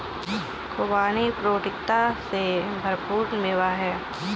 खुबानी पौष्टिकता से भरपूर मेवा है